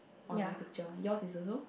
on my picture yours is also